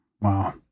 wow